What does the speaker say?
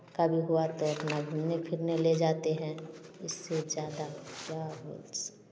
कभी हुआ तो अपना घूमने फिरने ले जाते हैं इससे ज्यादा क्या बोल सकते हैं